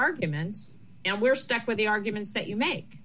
arguments and we're stuck with the arguments that you make